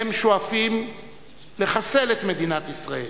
הם שואפים לחסל את מדינת ישראל.